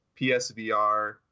PSVR